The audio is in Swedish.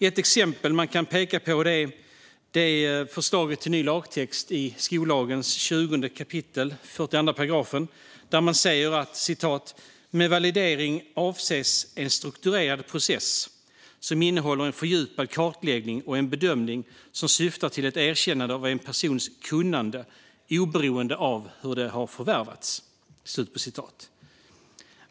Ett exempel man kan peka på är förslaget till ny lagtext i 20 kap. 42 § skollagen, där man säger att "med validering avses en strukturerad process som innehåller en fördjupad kartläggning och en bedömning som syftar till ett erkännande av en persons kunnande oberoende av hur det förvärvats".